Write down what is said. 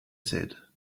said